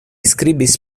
skribis